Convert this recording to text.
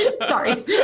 sorry